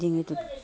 ডিঙিটোত